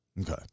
Okay